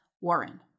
Warren